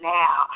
now